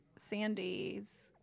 Sandy's